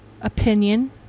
opinion